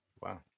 wow